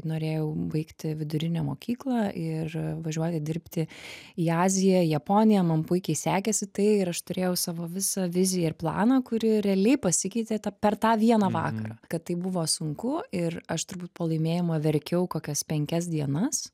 norėjau baigti vidurinę mokyklą ir važiuoti dirbti į aziją japoniją man puikiai sekėsi tai ir aš turėjau savo visą viziją ir planą kuri realiai pasikeitė tą per tą vieną vakarą kad tai buvo sunku ir aš turbūt pralaimėjimą verkiau kokias penkias dienas